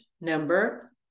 number